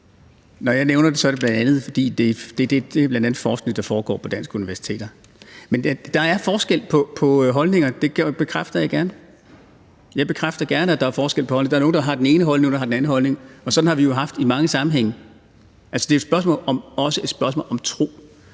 Når jeg nævner det, er det bl.a., fordi det er forskning, der foregår på danske universiteter. Men der er forskel på holdninger, det bekræfter jeg gerne. Jeg bekræfter gerne, at der er forskel på holdninger. Der er nogle, der har den ene holdning, og der er nogle, der har den anden holdning, og sådan har det været i mange sammenhænge. Det er jo også et spørgsmål om tro.